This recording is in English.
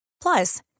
Plus